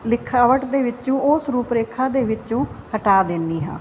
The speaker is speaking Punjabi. ਲਿਖਾਵਟ ਦੇ ਵਿੱਚੋਂ ਉਸ ਰੂਪ ਰੇਖਾ ਦੇ ਵਿੱਚੋਂ ਹਟਾ ਦਿੰਦੀ ਹਾਂ